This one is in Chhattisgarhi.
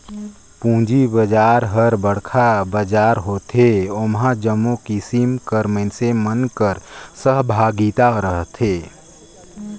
पूंजी बजार हर बड़खा बजार होथे ओम्हां जम्मो किसिम कर मइनसे मन कर सहभागिता रहथे